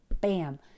bam